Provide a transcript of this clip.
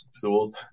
tools